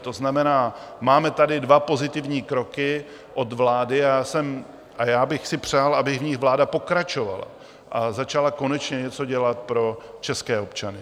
To znamená, máme tady dva pozitivní kroky od vlády a já bych si přál, aby v nich vláda pokračovala a začala konečně něco dělat pro české občany.